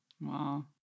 Wow